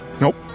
Nope